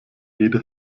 jede